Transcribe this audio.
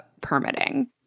permitting